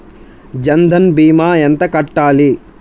జన్ధన్ భీమా ఎంత కట్టాలి?